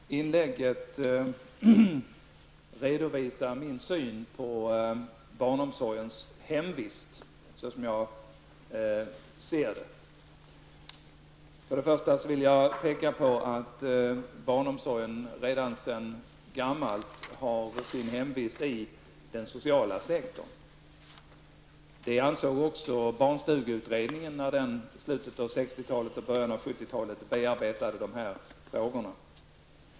Herr talman! Jag vill med detta inlägg redovisa min syn på barnomsorgens hemvist, såsom jag ser det. Först och främst vill jag peka på att barnomsorgen redan sedan gammalt har sin hemvist i den sociala sektorn. Det ansåg också barnstugeutredningen när den i slutet av 60-talet och början av 70-talet bearbetade de här frågorna.